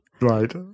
right